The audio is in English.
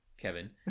Kevin